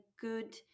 good